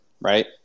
right